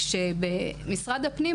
כשמשרד הפנים,